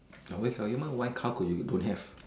I always tell you mah why how could you don't have